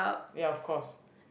ya of course